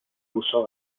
uso